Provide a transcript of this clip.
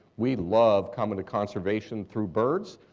we love coming to conservation through birds.